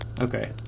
Okay